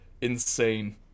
insane